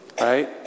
right